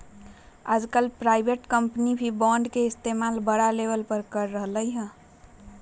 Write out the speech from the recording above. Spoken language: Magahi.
आजकल प्राइवेट कम्पनी भी बांड के इस्तेमाल बड़ा लेवल पर कर रहले है